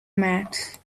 mats